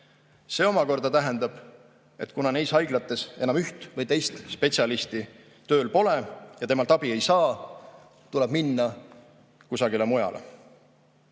See omakorda tähendab, et kuna neis haiglates enam üht või teist spetsialisti tööl pole ja temalt abi ei saa, tuleb minna kusagile mujale.